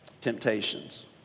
temptations